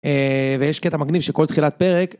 ויש קטע מגניב שכל תחילת פרק.